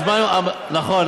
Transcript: הזמן, נכון.